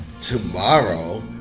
Tomorrow